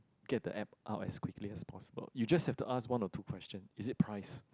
get the app out as quickly as possible you just have to ask one or two question is it price